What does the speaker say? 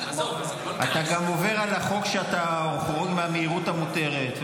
אתה עובר על החוק גם כשאתה חורג מהמהירות המותרת,